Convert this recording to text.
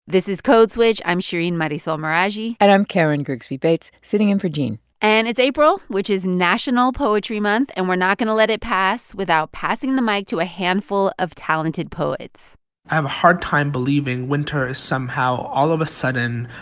this is code switch. i'm shereen marisol meraji and i'm karen grigsby bates, sitting in for gene and it's april, which is national poetry month, and we're not going to let it pass without passing the mic to a handful of talented poets i have a hard time believing winter is somehow, all of a sudden,